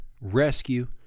rescue